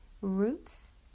roots